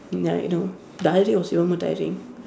now you know the other day was even more tiring